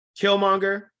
Killmonger